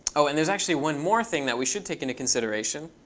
oh, and there's actually one more thing that we should take into consideration.